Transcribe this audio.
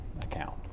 account